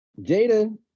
Jada